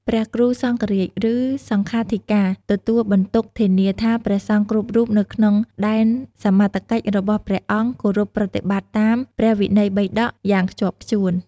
ព្រះគ្រូសង្ឃរាជ ឬ សង្ឃាធិការ ទទួលបន្ទុកធានាថាព្រះសង្ឃគ្រប់រូបនៅក្នុងដែនសមត្ថកិច្ចរបស់ព្រះអង្គគោរពប្រតិបត្តិតាម ព្រះវិន័យបិដក យ៉ាងខ្ជាប់ខ្ជួន។